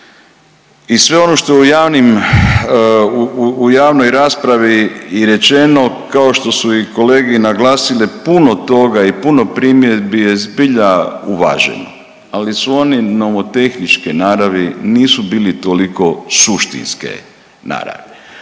i sve ono što je u javnim, u javnoj raspravi i rečeno, kao što su i kolege naglasile puno toga i puno primjedbi je zbilja uvaženo, ali su oni nomotehničke naravi. Nisu bili toliko suštinske naravi.